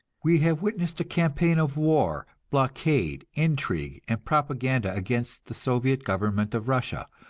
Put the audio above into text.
we have witnessed a campaign of war, blockade, intrigue and propaganda against the soviet government of russia,